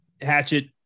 hatchet